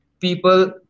people